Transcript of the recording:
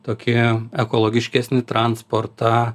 tokį ekologiškesnį transportą